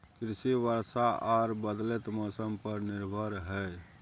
कृषि वर्षा आर बदलयत मौसम पर निर्भर हय